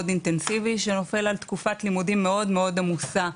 אינטנסיבי שנופל על תקופת לימודים מאוד מאוד עמוסה.